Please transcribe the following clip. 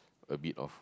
a bit of